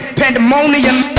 pandemonium